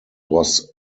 was